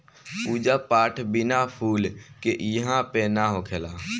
पूजा पाठ बिना फूल के इहां पे ना होखेला